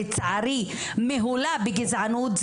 לצערי מהולה בגזענות,